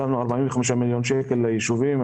שמנו 45 מיליון שקלים ליישובים.